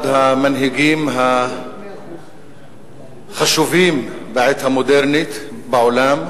אחד המנהיגים החשובים בעת המודרנית בעולם,